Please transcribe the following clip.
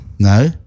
No